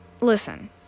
Listen